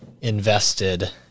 invested